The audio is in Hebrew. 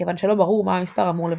כיוון שלא ברור מה המספר אמור לבטא.